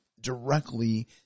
directly